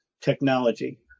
technology